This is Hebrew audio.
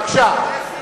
בבקשה.